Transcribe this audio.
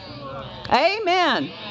Amen